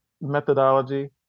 methodology